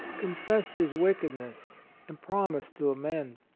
confessed his wickedness and promised to amend.